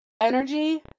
energy